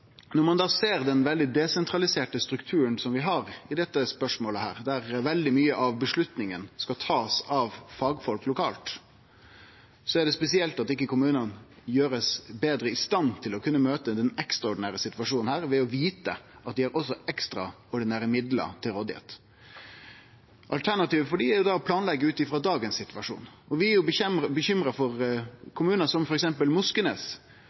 Når ein ser den veldig desentraliserte strukturen vi har i dette spørsmålet, der fagfolk lokalt i stor grad skal ta avgjerdene, er det spesielt at ikkje kommunane blir gjorde betre i stand til å kunne møte denne ekstraordinære situasjonen ved å vite at dei har fått ekstraordinære midlar til rådigheit. Alternativet for dei er å planleggje ut frå dagens situasjon Vi er bekymra for kommunar som f.eks. Moskenes,